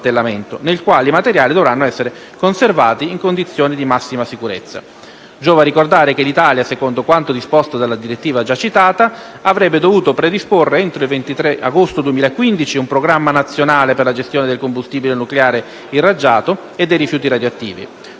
nel quale i materiali dovranno essere conservati in condizioni di massima sicurezza. Giova ricordare che l'Italia, secondo quanto disposto dalla direttiva già citata, avrebbe dovuto predisporre entro il 23 agosto 2015 un programma nazionale per la gestione del combustibile nucleare irraggiato e dei rifiuti radioattivi.